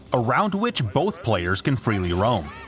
around which both players can freely roam.